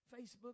Facebook